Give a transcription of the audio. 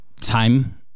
time